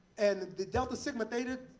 and the delta sigma theta